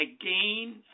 again